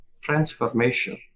transformation